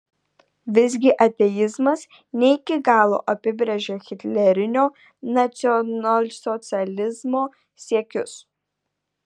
visgi ateizmas ne iki galo apibrėžia hitlerinio nacionalsocializmo siekius